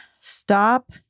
stop